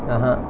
(uh huh)